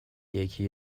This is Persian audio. یکی